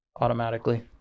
automatically